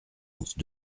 onze